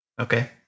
Okay